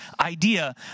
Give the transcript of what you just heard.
idea